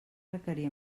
requerir